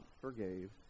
forgave